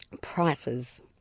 Prices